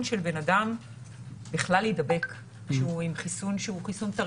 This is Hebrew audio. של בן אדם בכלל להידבק כשהוא עם חיסון שהוא חיסון טרי.